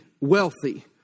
wealthy